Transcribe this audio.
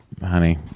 honey